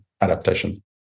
adaptation